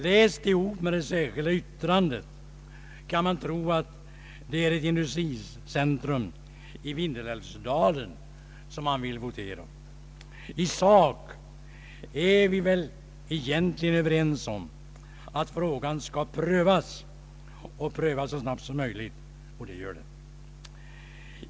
Läst tillsammans med det särskilda yttrandet kan man få uppfattningen att det är ett industricentrum i Vindelälvsdalen det gäller att votera om. I sak är vi väl egentligen överens om att frågan skall prövas och prövas så snabbt som möjligt, vilket också sker.